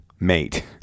Mate